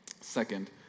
Second